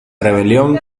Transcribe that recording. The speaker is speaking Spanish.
rebelión